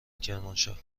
کرمانشاه